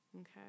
Okay